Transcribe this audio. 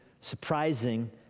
surprising